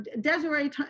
Desiree